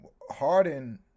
Harden